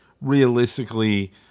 realistically